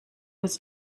was